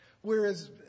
whereas